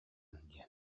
диэн